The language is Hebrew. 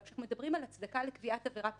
אבל כשאנחנו מדברים על הצדקה לקביעת עבירה פלילית,